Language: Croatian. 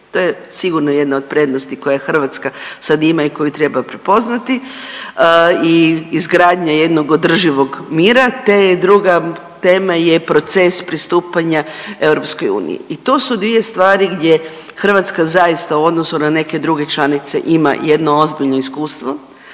to je sigurno jedna od prednosti koju Hrvatska sad ima i koju treba prepoznati i izgradnja jednog održivog mira te je druga tema je proces pristupanja EU. I to su dvije stvari gdje Hrvatska zaista u odnosu na neke druge članice ima jedno ozbiljno iskustvo.